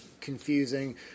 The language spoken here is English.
confusing